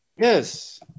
Yes